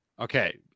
Okay